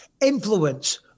Influence